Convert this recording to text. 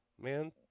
man